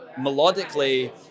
melodically